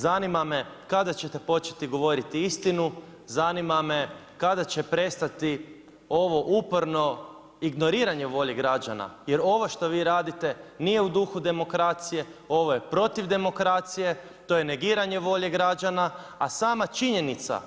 Zanima me kada ćete početi govoriti istinu, zanima me kada će prestati ovo uporno ignoriranje volje građana jer ovo što vi radite nije u duhu demokracije, ovo je protiv demokracije, to je negiranje volje građana a sama činjenica